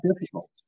difficult